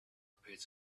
appeared